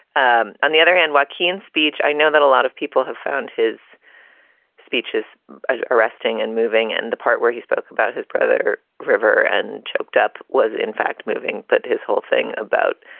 ah on the other hand, what keynote and speech? i know that a lot of people have found his speeches ah arresting and moving. and the part where he spoke about his brother river and choked up was in fact moving but his whole thing about